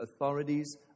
authorities